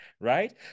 right